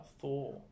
Thor